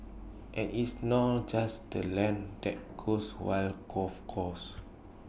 and it's not just the land that goes while golf courses